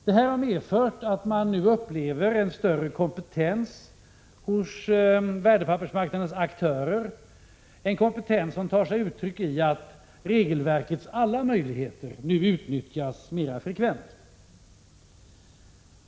Detta har medfört att man nu upplever en större kompetens hos värdepappersmarknadens aktörer, en kompetens som tar sig uttryck i att regelverkets alla möjligheter nu utnyttjas mer frekvent.